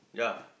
ya